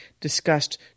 discussed